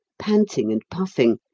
panting and puffing,